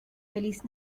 feliz